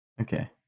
Okay